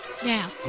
Now